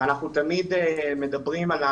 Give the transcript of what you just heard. גם אנחנו נותנים את השירות